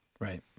Right